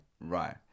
Right